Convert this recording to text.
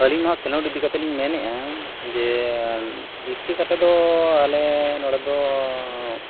ᱟᱹᱞᱤᱧ ᱢᱱᱚᱣᱟ ᱠᱷᱮᱞᱳᱰ ᱤᱫᱤ ᱠᱟᱛᱮᱫ ᱞᱤᱧ ᱢᱮᱱᱮᱫᱼᱟ ᱡᱮ ᱵᱤᱥᱛᱤ ᱠᱟᱛᱮᱫ ᱫᱚ ᱟᱞᱮ ᱱᱚᱰᱮ ᱫᱚ